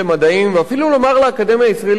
ואפילו לומר לאקדמיה הישראלית למדעים: